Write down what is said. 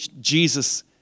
Jesus